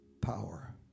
power